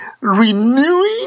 renewing